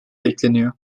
bekleniyor